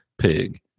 pig